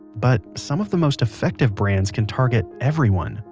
but some of the most effective brands can target everyone,